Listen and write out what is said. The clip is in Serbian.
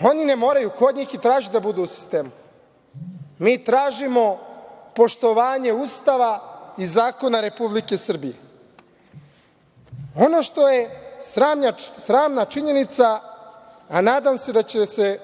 Oni ne moraju, ko od njih i traži da budu u sistemu? Mi tražimo poštovanje Ustava i zakona Republike Srbije. Ono što je sramna činjenica, a nadam se da će se